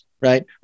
right